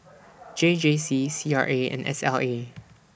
J J C C R A and S L A